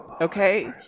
Okay